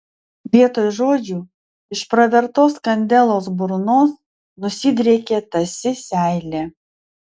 vietoj žodžių iš pravertos kandelos burnos nusidriekė tąsi seilė